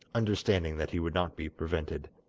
understanding that he would not be prevented.